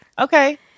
Okay